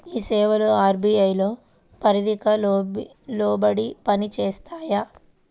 ఈ సేవలు అర్.బీ.ఐ పరిధికి లోబడి పని చేస్తాయా?